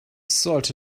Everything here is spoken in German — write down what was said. sollte